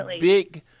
big